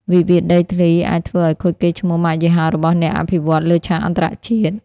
វិវាទដីធ្លីអាចធ្វើឱ្យខូចកេរ្តិ៍ឈ្មោះម៉ាកយីហោរបស់អ្នកអភិវឌ្ឍន៍លើឆាកអន្តរជាតិ។